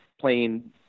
playing